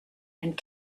and